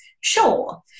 Sure